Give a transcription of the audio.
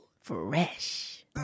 Fresh